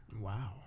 wow